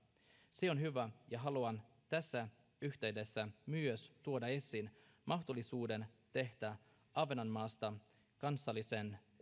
se on hyvä ja haluan tässä yhteydessä myös tuoda esiin mahdollisuuden tehdä ahvenanmaasta kansallisen